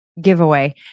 giveaway